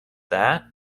that